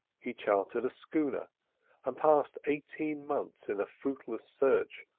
he chartered a schooner and passed eighteen months in a fruitless search,